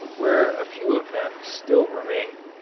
where a few of them still remain.